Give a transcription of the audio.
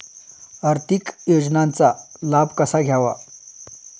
आर्थिक योजनांचा लाभ कसा घ्यावा?